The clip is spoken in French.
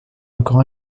encore